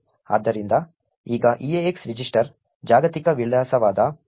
ಆದ್ದರಿಂದ ಈಗ EAX register ಜಾಗತಿಕ ವಿಳಾಸವಾದ myglob ನ ಸರಿಯಾದ ವಿಳಾಸವನ್ನು ಹೊಂದಿದೆ